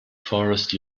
forest